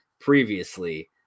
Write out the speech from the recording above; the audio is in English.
previously